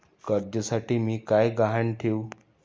कर्जासाठी मी काय गहाण ठेवू?